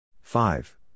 five